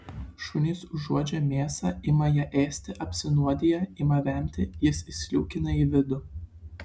šunys užuodžia mėsą ima ją ėsti apsinuodija ima vemti jis įsliūkina į vidų